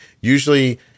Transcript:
usually